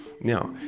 Now